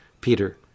Peter